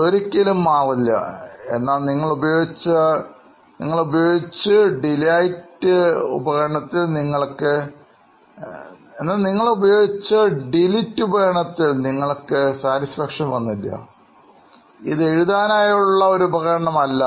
അതൊരിക്കലും മാറില്ല എന്നാൽ നിങ്ങൾ ഉപയോഗിച്ച ഡിലീറ്റ് ഉപകരണത്തിൽ നിങ്ങൾക്ക് സംതൃപ്തി വന്നില്ല ഇത് എഴുതാനായി ഉള്ള ഒരു ഉപകരണമല്ല